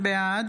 בעד